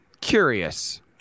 curious